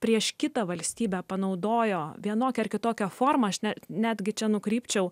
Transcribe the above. prieš kitą valstybę panaudojo vienokia ar kitokia forma aš ne netgi čia nukrypčiau